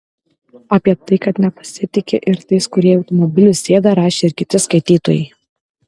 apie tai kad nepasitiki ir tais kurie į automobilius sėda rašė ir kiti skaitytojai